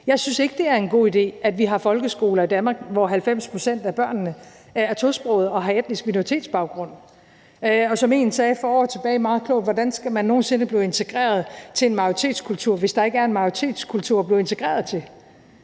Jeg synes ikke, det er en god idé, at vi har folkeskoler i Danmark, hvor 90 pct. af børnene er tosprogede og har etnisk minoritetsbaggrund. Og som en sagde meget klogt for år tilbage: Hvordan skal man nogen sinde blive integreret i en majoritetskultur, hvis der ikke er en majoritetskultur at blive integreret i?